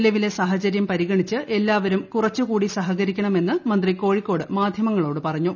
നിലവിലെ സാഹചര്യം പരിഗണിച്ച് എല്ലാവരും കുറച്ച് കൂടി സഹകരിക്കണമെന്ന് മന്ത്രി കോഴിക്കോട് മാധ്യമങ്ങളോട് പറഞ്ഞു